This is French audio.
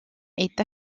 est